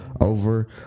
over